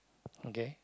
okay